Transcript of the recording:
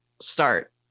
start